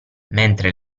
mentre